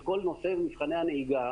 בוודאי שאף מורה נהיגה